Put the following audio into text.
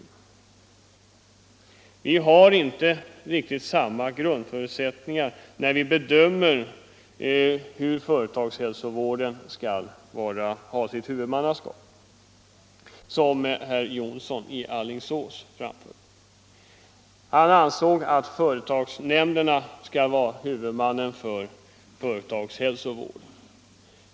Vi har, som herr Jonsson i Alingsås framhöll, inte riktigt samma grundförutsättningar när vi bedömer företagshälsovårdens huvudmannaskap. Herr Jonsson i Alingsås ansåg att företagsnämnden skall vara huvudman för företagshälsovården.